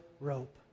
rope